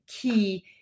key